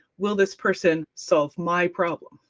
will this person solve my problem?